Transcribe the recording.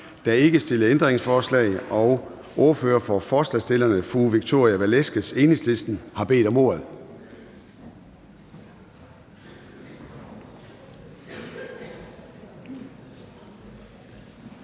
Der er ikke stillet ændringsforslag. Ønsker nogen at udtale sig? Ordfører for forslagsstillerne fru Victoria Velasquez, Enhedslisten, har bedt om ordet.